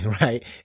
right